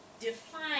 define